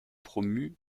promues